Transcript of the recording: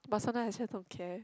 but sometimes I just don't care